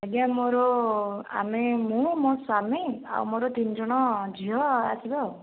ଆଜ୍ଞା ମୋର ଆମେ ମୁଁ ମୋ ସ୍ଵାମୀ ଆଉ ମୋର ତିନିଜଣ ଝିଅ ଆସିବେ ଆଉ